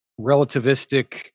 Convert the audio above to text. relativistic